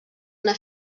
una